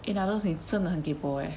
in other words 你真的很 kaypoh eh